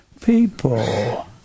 people